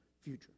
future